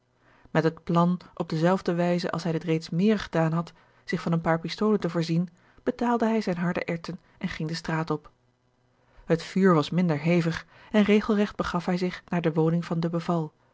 met het plan op dezelfde wijze als hij dit reeds meer gedaan had zich van een paar pistolen te voorzien betaalde hij zijne harde erwten en ging de straat op het vuur was minder hevig en regelregt begaf hij zich naar de woning van